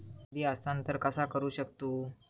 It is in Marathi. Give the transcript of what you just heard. निधी हस्तांतर कसा करू शकतू?